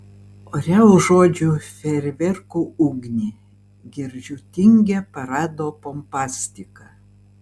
ore užuodžiu fejerverkų ugnį girdžiu tingią parado pompastiką